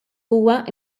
huwa